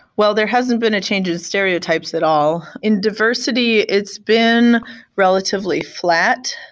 well there hasn't been a change in stereotypes at all. in diversity, it's been relatively flat.